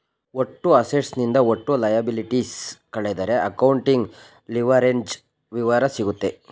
ಒಟ್ಟು ಅಸೆಟ್ಸ್ ನಿಂದ ಒಟ್ಟು ಲಯಬಲಿಟೀಸ್ ಕಳೆದರೆ ಅಕೌಂಟಿಂಗ್ ಲಿವರೇಜ್ಡ್ ವಿವರ ಸಿಗುತ್ತದೆ